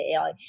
AI